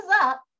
up